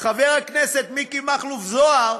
חבר הכנסת מיקי מכלוף זוהר